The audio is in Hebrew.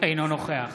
אינו נוכח